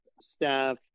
staff